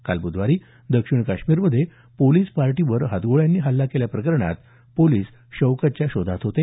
काल बुधवारी दक्षिण काश्मीरमध्ये पोलिस पार्टीवर हातगोळ्यांनी हल्ला केल्या प्रकरणात पोलिस शौकतच्या शोधात होते